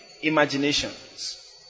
imaginations